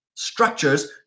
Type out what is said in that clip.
structures